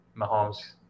Mahomes